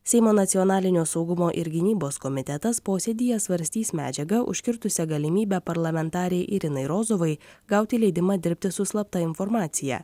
seimo nacionalinio saugumo ir gynybos komitetas posėdyje svarstys medžiagą užkirtusią galimybę parlamentarei irinai rozovai gauti leidimą dirbti su slapta informacija